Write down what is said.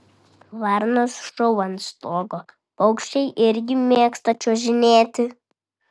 varnos šou ant stogo paukščiai irgi mėgsta čiuožinėti